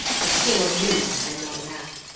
but still a view and not a map.